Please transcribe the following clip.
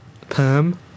Perm